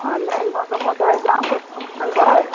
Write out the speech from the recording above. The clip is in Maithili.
हँ नहि न नम्बर तऽ हय दामो कम करबै